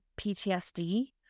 PTSD